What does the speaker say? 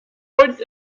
und